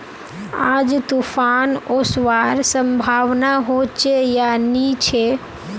आज तूफ़ान ओसवार संभावना होचे या नी छे?